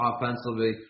offensively